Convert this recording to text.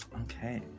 Okay